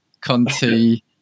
Conti